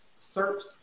SERPs